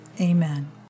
Amen